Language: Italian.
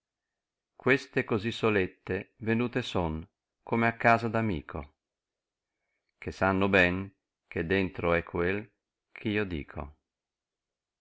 queste cosi solette venute son come a casa d amico che sanno ben che dentro è quel chio dico